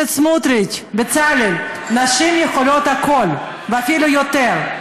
בצלאל, נשים יכולים הכול, ואפילו יותר.